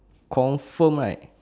confirm right